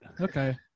Okay